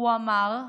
הוא אמר,